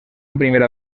primera